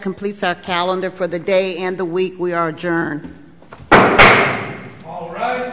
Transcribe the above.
complete calendar for the day and the week we are journey all right